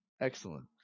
Excellent